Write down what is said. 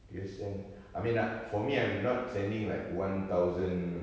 you send I mean ah for me I'm not sending like one thousand